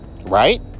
right